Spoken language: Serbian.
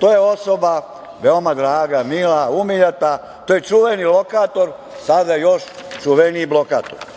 To je osoba veoma draga, mila, umiljata, to je čuveni lokator, sada još čuveniji blokator. Ja